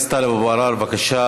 הכנסת טלב אבו עראר, בבקשה,